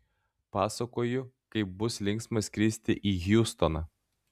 pasakoju kaip bus linksma skristi į hjustoną